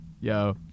Yo